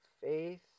faith